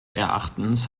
erachtens